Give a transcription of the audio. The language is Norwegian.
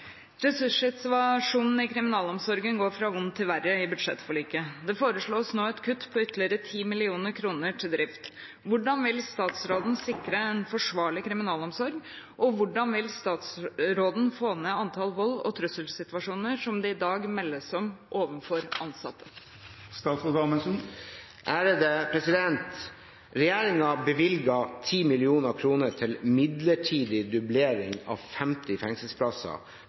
ligge i bunnen. «Ressurssituasjonen i kriminalomsorgen går fra vond til verre i budsjettforliket. Det foreslås nå et kutt på ytterligere 10 mill. kr til drift. Hvordan vil statsråden sikre en forsvarlig kriminalomsorg, og hvordan vil statsråden få ned antall vold og trusselsituasjoner som det i dag meldes om overfor ansatte?» Regjeringen bevilget 10 mill. kr til midlertidig dublering av 50 fengselsplasser